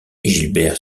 gilbert